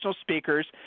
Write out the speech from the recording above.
speakers